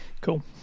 Cool